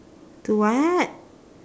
to what